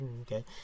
okay